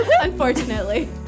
Unfortunately